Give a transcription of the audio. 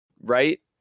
right